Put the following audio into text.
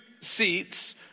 seats